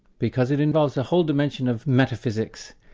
because it involves a whole dimension of metaphysics,